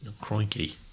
Crikey